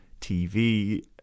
tv